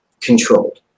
controlled